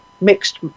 mixed